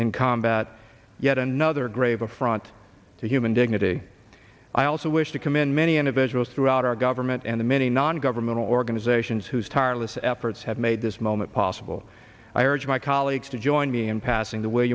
in combat yet another grave affront to human dignity i also wish to commend many individuals throughout our government and the many non governmental organizations whose tireless efforts have made this moment possible i urge my colleagues to join me in passing the w